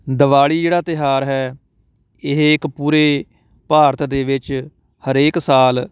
ਦੀਵਾਲੀ ਜਿਹੜਾ ਤਿਉਹਾਰ ਹੈ ਇਹ ਇੱਕ ਪੂਰੇ ਭਾਰਤ ਦੇ ਵਿੱਚ ਹਰੇਕ ਸਾਲ